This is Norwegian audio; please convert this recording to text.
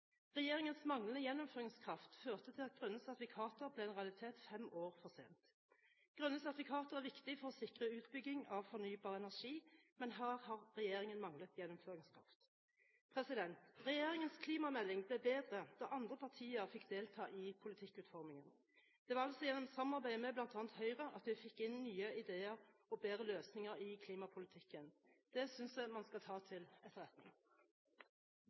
Regjeringens manglende gjennomføringskraft førte til at grønne sertifikater ble en realitet fem år for sent. Grønne sertifikater er viktig for å sikre utbygging av fornybar energi, men her har regjeringen manglet gjennomføringskraft. Regjeringens klimamelding ble bedre da andre partier fikk delta i politikkutformingen. Det var altså gjennom samarbeidet med bl.a. Høyre at man fikk inn nye ideer og bedre løsninger i klimapolitikken. Det synes jeg man skal ta til etterretning.